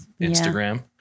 Instagram